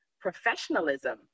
professionalism